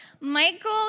Michael